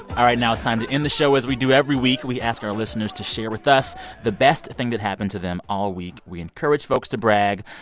all right. now it's time to end the show as we do every week. we ask our listeners to share with us the best thing that happened to them all week. we encourage folks to brag.